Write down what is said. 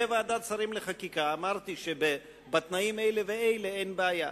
בוועדת שרים לחקיקה אמרתי שבתנאים האלה והאלה אין בעיה,